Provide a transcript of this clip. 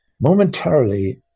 Momentarily